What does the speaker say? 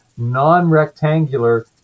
non-rectangular